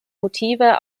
motive